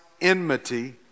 enmity